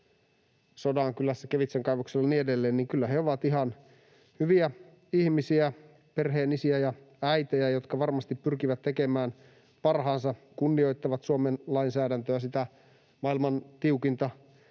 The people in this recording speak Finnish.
Sodankylässä Kevitsan kaivoksella ja niin edelleen, niin kyllä he ovat ihan hyviä ihmisiä, perheenisiä ja -äitejä, jotka varmasti pyrkivät tekemään parhaansa, kunnioittavat Suomen lainsäädäntöä, sitä maailman tiukinta